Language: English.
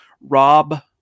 Rob